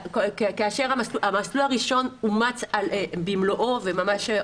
המסלול הראשון אומץ במלואו וממש,